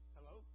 Hello